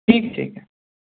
ٹھیک ٹھیک